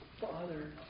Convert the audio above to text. Father